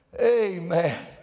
Amen